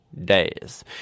days